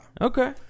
Okay